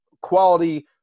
quality